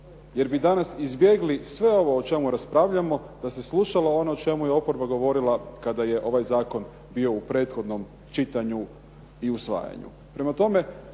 jer bi danas izbjegli sve ovo o čemu raspravljamo, da se slušao ono o čemu je oporba govorila kada je ovaj zakon bio u prethodnom čitanju i usvajanju.